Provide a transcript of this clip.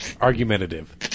Argumentative